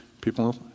people